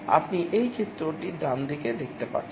আপনি এই চিত্রটি ডানদিকে দেখতে পাচ্ছেন